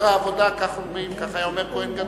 כך היה אומר כוהן גדול.